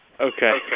Okay